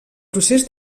procés